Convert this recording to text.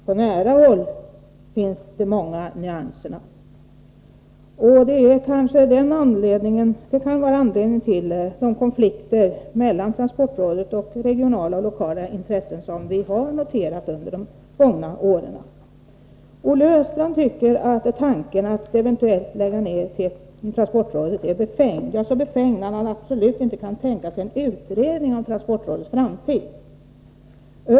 På nära håll finns de många nyanserna!” Det kan vara anledning till de konflikter mellan transportrådet och regionala och lokala intressen som vi har noterat under de gångna åren. Olle Östrand anser att tanken att eventuellt lägga ned transportrådet är befängd — ja, så befängd att han absolut inte kan tänka sig en utredning om transportrådets framtid.